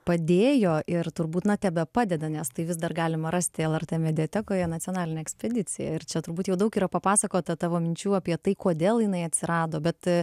padėjo ir turbūt na tebepadeda nes tai vis dar galima rasti lrt mediatekoje nacionalinė ekspedicija ir čia turbūt jau daug yra papasakota tavo minčių apie tai kodėl jinai atsirado bet